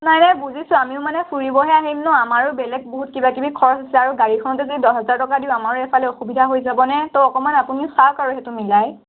নাই নাই বুজিছোঁ আমিও মানে ফুৰিবহে আহিম ন আমাৰো বেলেগ বহুত কিবা কিবি খৰচ আছে আৰু গাৰীখনতে যদি দহ হাজাৰ টকা দিওঁ আমাৰো এইফালে অসুবিধা হৈ যাবনে ত অকণমান আপুনিও চাওক আৰু সেইটো মিলাই